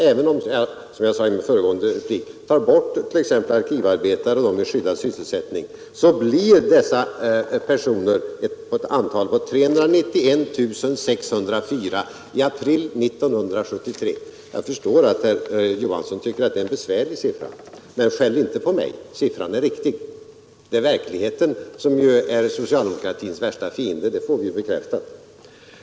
Även om man — som jag sade i min föregående replik — tar bort t.ex. arkivarbetare och dem med skyddad sysselsättning, uppgår de arbetslösa till ett antal av 391 604 i april 1973. Jag förstår att herr Johansson tycker att det är en besvärlig siffra. Men skäll inte på mig, siffran är riktig. Det är verkligheten som är socialdemokratins värsta fiende. Det får vi bekräftat.